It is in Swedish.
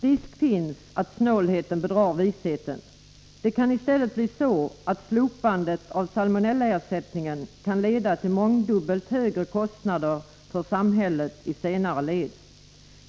Risk finns att snålheten bedrar visheten. Det kan i stället bli så att slopandet av salmonellaersättningen leder till mångdubbelt högre kostnader för samhället i senare led.